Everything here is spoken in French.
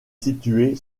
située